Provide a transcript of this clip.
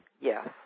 Yes